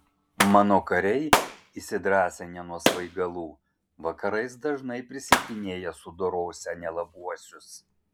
mano kariai įsidrąsinę nuo svaigalų vakarais dažnai prisiekinėja sudorosią nelabuosius